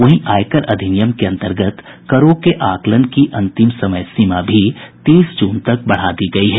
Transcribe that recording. वहीं आयकर अधिनियम के अंतर्गत करों के आकलन की अंतिम समय सीमा भी तीस जून तक बढ़ा दी गई है